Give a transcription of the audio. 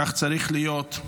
כך צריך להיות,